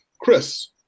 Chris